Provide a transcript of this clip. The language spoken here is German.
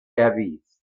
erwies